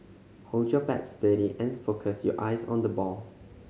hold your bat steady and focus your eyes on the ball